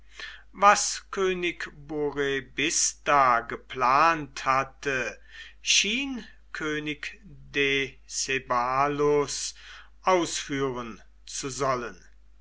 was könig burebista geplant hatte schien könig decebalus ausführen zu sollen